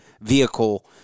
vehicle